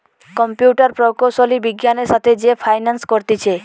computer প্রকৌশলী বিজ্ঞানের সাথে যে ফাইন্যান্স করতিছে